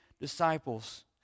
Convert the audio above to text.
disciples